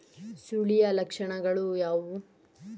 ಸುರುಳಿಯ ಲಕ್ಷಣಗಳು ಯಾವುವು?